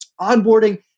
onboarding